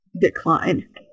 decline